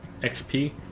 XP